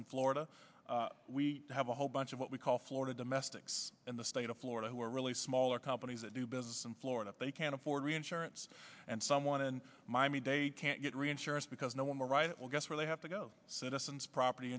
in florida we have a whole bunch of what we call florida domestics in the state of florida who are really smaller companies that do business in florida they can't afford reinsurance and someone in miami dade can't get reinsurance because no one will guess where they have to go citizens property